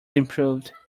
improved